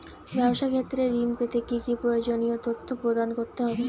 ব্যাবসা ক্ষেত্রে ঋণ পেতে কি কি প্রয়োজনীয় তথ্য প্রদান করতে হবে?